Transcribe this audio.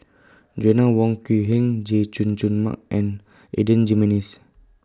Joanna Wong Quee Heng Chay Jung Jun Mark and Adan Jimenes